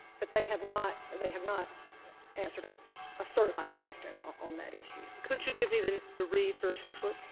but they have not they have not answered a a certified question on on that issue. sotomayor could you give me the the reed v. what?